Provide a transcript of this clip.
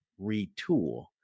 retool